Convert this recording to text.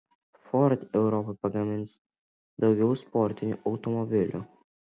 ford europai pagamins daugiau sportinių automobilių